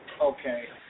Okay